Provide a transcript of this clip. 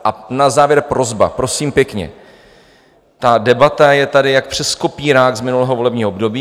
A na závěr prosba, prosím pěkně: ta debata je tady jak přes kopírák z minulého volebního období.